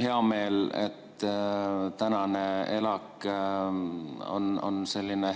hea meel, et tänane ELAK on selline,